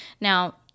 Now